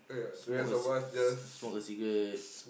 smoke a cig~ cig~ smoke a cigarette